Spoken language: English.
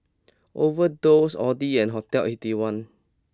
Overdose Audi and Hotel Eighty One